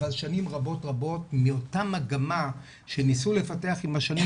אבל שנים רבות מאותה מגמה שניסו לפתח עם השנים,